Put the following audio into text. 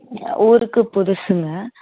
ஊருக்கு புதுசுங்க